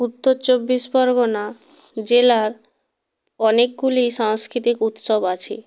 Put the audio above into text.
উত্তর চব্বিশ পরগনা জেলার অনেকগুলি সাংস্কৃতিক উৎসব আছে